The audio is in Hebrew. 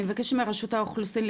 אני מבקשת מרשות האוכלוסין,